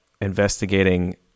investigating